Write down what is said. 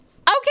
Okay